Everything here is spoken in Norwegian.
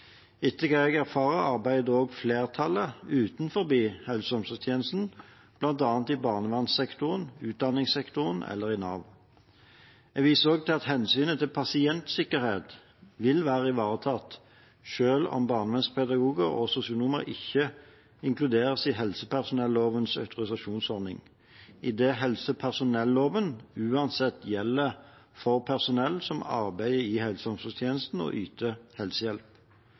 i barnevernssektoren, i utdanningssektoren eller i Nav. Jeg viser også til at hensynet til pasientsikkerhet vil være ivaretatt selv om barnevernspedagoger og sosionomer ikke inkluderes i helsepersonellovens autorisasjonsordning, idet helsepersonelloven uansett gjelder for personell som arbeider i helse- og omsorgstjenesten og yter helsehjelp.